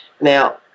Now